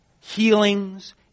healings